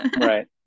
right